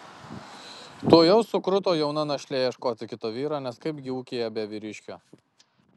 tuojau sukruto jauna našlė ieškoti kito vyro nes kaipgi ūkyje be vyriškio